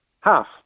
Half